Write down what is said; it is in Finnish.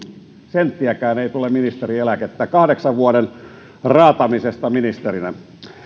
senttiäkään ei tule ministerieläkettä kahdeksan vuoden raatamisesta ministerinä